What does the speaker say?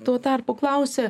tuo tarpu klausia